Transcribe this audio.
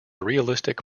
realistic